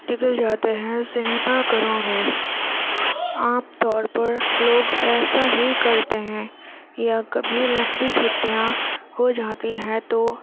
نکل جاتے ہیں سنیما گھروں میں عام طور پر لوگ ایسا ہی کرتے ہیں یا کبھی لمبی چھٹیاں ہو جاتی ہیں تو